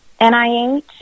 NIH